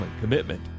commitment